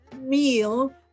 meal